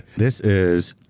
this is